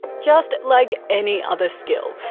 just like any other skill,